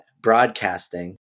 broadcasting